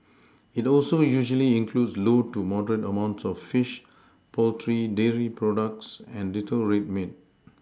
it also usually includes low to moderate amounts of fish poultry dairy products and little red meat